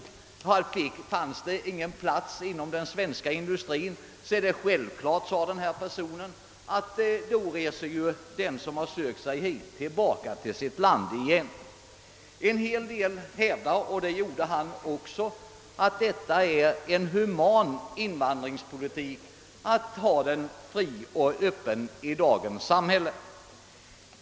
Om det inte fanns någon plats inom den svenska industrin var det självklart, sade denne man, att den som sökt sig hit reste tillbaka till sitt land igen. En hel del hävdar — och det gjorde han också — att det är humant att ha en öppen invandringspolitik i dagens samhälle.